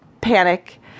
Panic